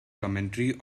commentary